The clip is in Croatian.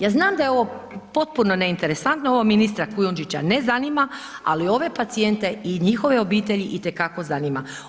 Ja znam da je ovo potpuno neinteresantno, ovo ministra Kujundžića ne zanima, ali ove pacijente i njihove obitelji i te kako zanima.